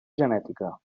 genètica